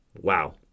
wow